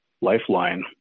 lifeline